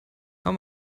how